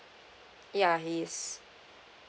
ya he is